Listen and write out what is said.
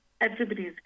everybody's